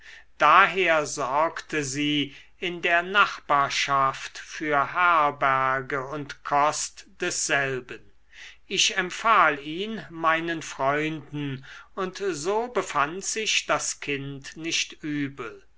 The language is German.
daher sorgte sie in der nachbarschaft für herberge und kost desselben ich empfahl ihn meinen freunden und so befand sich das kind nicht übel